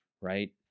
right